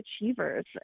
achievers